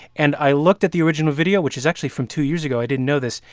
and i looked at the original video, which is actually from two years ago i didn't know this.